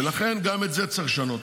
ולכן גם את זה צריך לשנות.